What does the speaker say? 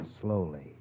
slowly